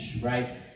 right